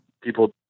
people